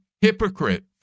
Hypocrite